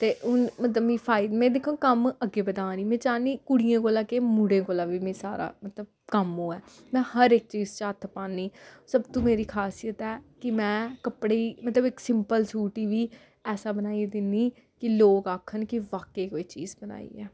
ते हून मतलब मिगी फायद में दिक्खो कम्म अग्गें बधा दी में चाह्न्नी कुड़ियें कोला के मुड़ें कोला बी मीं सारा मतलब कम्म होऐ में हर इक चीज़ च हत्थ पान्नी सब तूं मेरी खासियत ऐ कि में कपड़े गी मतलब इक सिंपल सूट गी बी ऐसा बनाइयै दिन्नी कि लोक आखन कि बाकेआ कोई चीज बनाई ऐ